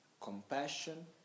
compassion